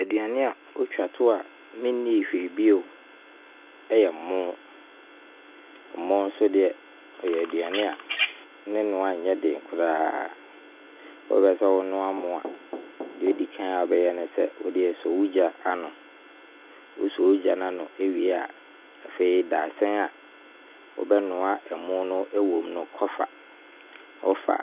Aduane a twa toɔ menni hwee biom yɛ mmo. Mmo nso deɛ ɛyɛ aduane a ne noa nyɛ den koraa. Wo pɛ sɛ wo noa mmo a deɛ ɔdi kan a wobɛyɛ ne sɛ, wo deɛ sɛ wo gya ano Wo sɛ gya ano wie a, afei dasene a wobɛnoa ɛmo no wɔ mu no kɔfa. Kɔfa